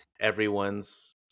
everyone's